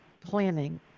planning